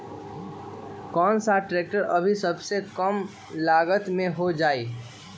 कौन सा ट्रैक्टर अभी सबसे कम लागत में हो जाइ?